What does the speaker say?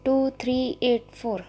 two three eight four